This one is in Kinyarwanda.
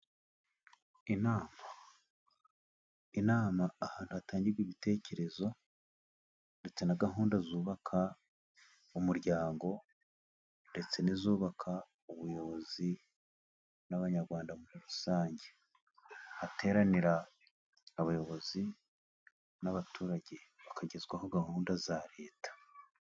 Inama ahantu hatangirwa ibitekerezo ndetse na gahunda zubaka umuryango. Ndetse n'izubaka ubuyobozi n'abanyarwanda muri rusange, hateranira abayobozi n'abaturage bakagezwaho gahunda za leta.